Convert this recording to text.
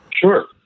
Sure